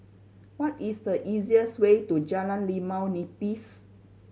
what is the easiest way to Jalan Limau Nipis